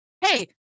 Hey